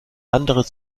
andere